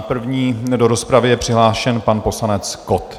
První do rozpravy je přihlášen pan poslanec Kott.